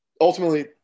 ultimately